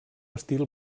estil